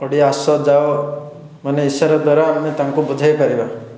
ଓଡ଼ିଆ ଆସଯାଅ ମାନେ ଇସାରା ଦ୍ୱାରା ଆମେ ତାଙ୍କୁ ବୁଝାଇପାରିବା